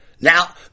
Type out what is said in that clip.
Now